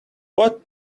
what